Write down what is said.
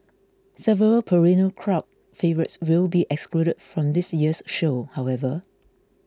several perennial crowd favourites will be excluded from this year's show however